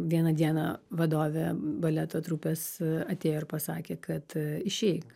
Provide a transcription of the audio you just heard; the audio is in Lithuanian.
vieną dieną vadovė baleto trupės atėjo ir pasakė kad išeik